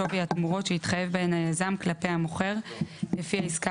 שווי התמורות שהתחייב בהן היזם כלפי המוכר לפי העסקה